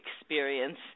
experience